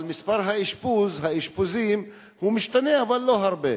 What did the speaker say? אבל מספר האשפוזים אומנם משתנה אבל לא הרבה.